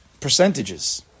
percentages